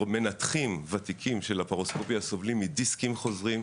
מנתחים ותיקים של לפרוסקופיה סובלים מדיסקים חוזרים,